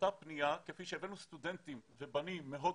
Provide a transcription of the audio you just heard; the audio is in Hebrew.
אותה פנייה כפי שהבאנו סטודנטים ובנים מהודו,